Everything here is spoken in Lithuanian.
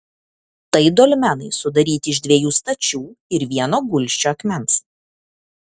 tai dolmenai sudaryti iš dviejų stačių ir vieno gulsčio akmens